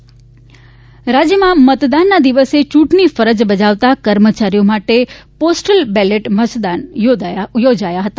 postal ballot રાજ્યમાં મતદાનના દિવસે ચૂંટણી ફરજ બજાવતા કર્મચારીઓ માટે પોસ્ટલ બેલેટની મતદાન યોજાયા હતા